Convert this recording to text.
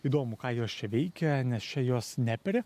įdomu ką jos čia veikia nes čia jos neperi